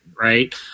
right